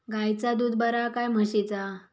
गायचा दूध बरा काय म्हशीचा?